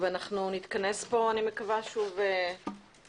נתכנס פה אני מקווה שוב בקרוב.